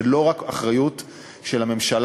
זה לא רק אחריות של הממשלה,